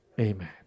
amen